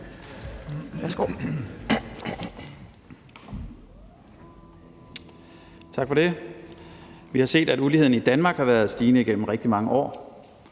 Tak for det. Vi har set, at uligheden i Danmark har været stigende igennem rigtig mange år.